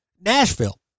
Nashville